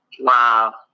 Wow